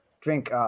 drink